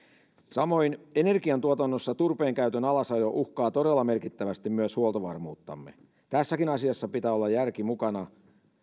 samoin energiantuotannossa turpeenkäytön alasajo uhkaa todella merkittävästi myös huoltovarmuuttamme tässäkin asiassa pitää olla järki mukana